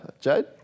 Jade